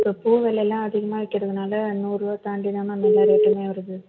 இப்போது பூ விலைலாம் அதிகமாக விற்கறதுனால நூறுவாக தாண்டிதான் மேம் எல்லா ரேட்டுமே வருது